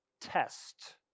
test